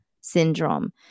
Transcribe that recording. syndrome